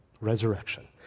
resurrection